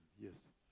yes